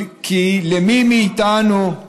כי למי מאיתנו,